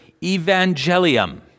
evangelium